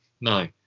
No